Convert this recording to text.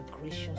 gracious